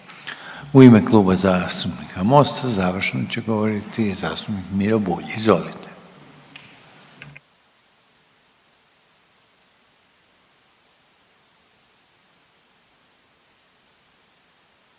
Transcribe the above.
U ime Kluba zastupnika Mosta završno će govoriti zastupnik Miro Bulj. Izvolite.